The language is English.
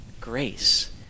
grace